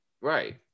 Right